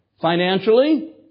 financially